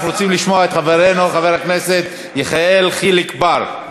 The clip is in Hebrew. אנחנו רוצים לשמוע את חברנו חבר הכנסת יחיאל חיליק בר.